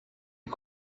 est